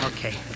Okay